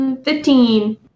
Fifteen